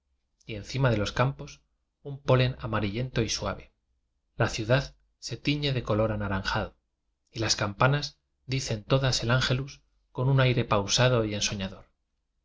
y encima de los campos un polen amari llento y suave la ciudad se tiñe de color anaranjado y las campanas dicen todas el ángelus con un aire pausado y ensoña